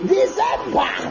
December